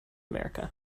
america